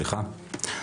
סליחה,